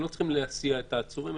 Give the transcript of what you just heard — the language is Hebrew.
לא צריך להסיע את העצורים,